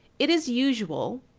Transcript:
it is usual,